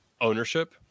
ownership